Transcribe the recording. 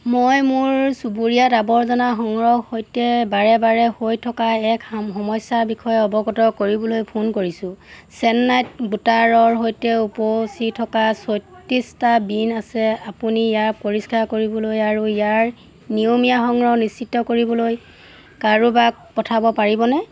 মই মোৰ চুবুৰীয়াত আৱৰ্জনা সংগ্ৰহৰ সৈতে বাৰে বাৰে হৈ থকা এক সমস্যাৰ বিষয়ে অৱগত কৰিবলৈ ফোন কৰিছোঁ চেন্নাইত গোটাৰৰ সৈতে উপচি থকা ছয়ত্ৰিছটা বিন আছে আপুনি ইয়াক পৰিষ্কাৰ কৰিবলৈ আৰু ইয়াৰ নিয়মীয়া সংগ্ৰহ নিশ্চিত কৰিবলৈ কাৰোবাক পঠাব পাৰিবনে